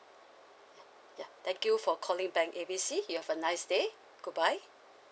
yeah yeah thank you for calling bank A B C you have a nice day goodbye